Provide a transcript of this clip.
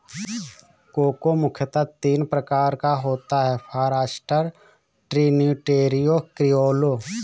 cocoa मुख्यतः तीन प्रकार का होता है फारास्टर, ट्रिनिटेरियो, क्रिओलो